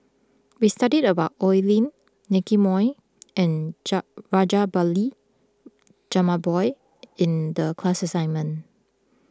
we studied about Oi Lin Nicky Moey and Rajabali Jumabhoy in the class assignment